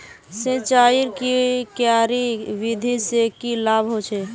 सिंचाईर की क्यारी विधि से की लाभ होचे?